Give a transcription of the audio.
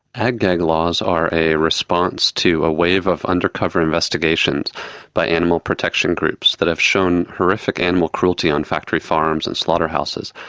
ag-gag laws are a response to a wave of undercover investigations by animal protection groups that have shown horrific animal cruelty on factory farms and slaughterhouses.